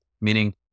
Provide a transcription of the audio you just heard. meaning